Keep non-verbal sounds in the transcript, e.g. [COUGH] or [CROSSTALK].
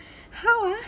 [BREATH] how ah